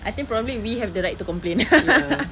I think probably we have the right to complain